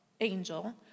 angel